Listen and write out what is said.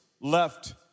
left